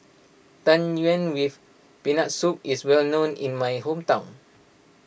Tang Yuen with Peanut Soup is well known in my hometown